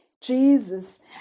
Jesus